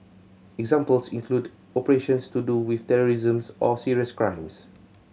examples include operations to do with terrorism or serious crimes